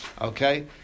Okay